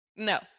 No